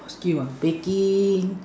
skills ah baking